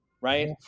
right